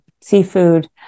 seafood